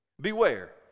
beware